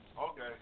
Okay